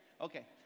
Okay